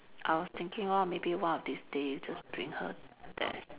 I was thinking lor maybe one of these days just bring her there